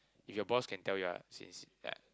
if your boss can tell you ah since~ yeah